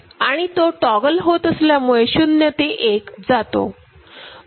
आणि तो टॉगल होत असल्यामुळे शून्य ते एक जातो